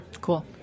Cool